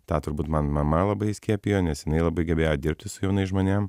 tą turbūt man mama labai įskiepijo nes jinai labai gebėjo dirbti su jaunais žmonėm